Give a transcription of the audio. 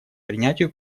принятию